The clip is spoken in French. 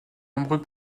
nombreux